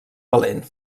valent